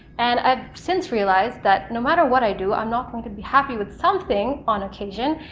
and i've since realized that no matter what i do i'm not going to be happy with something on occasion,